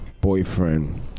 boyfriend